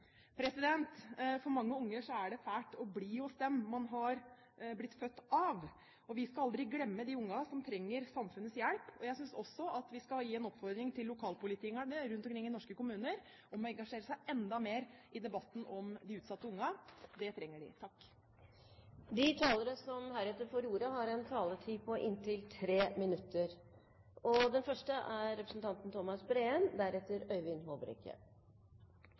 For mange barn er det fælt å bli hos dem man har blitt født av. Vi skal aldri glemme de barna som trenger samfunnets hjelp, og jeg synes også at vi skal komme med en oppfordring til lokalpolitikerne rundt omkring i norske kommuner om å engasjere seg enda mer i debatten om de utsatte barna. Det trenger de. De talere som heretter får ordet, har en taletid på inntil 3 minutter. Jeg må si jeg er